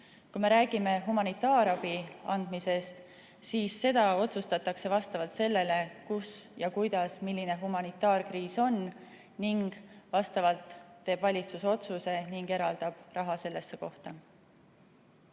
Kui me räägime humanitaarabi andmisest, siis seda otsustatakse vastavalt sellele, kus ja kuidas ja milline humanitaarkriis on. Selle põhjal teeb valitsus otsuse ning eraldab raha.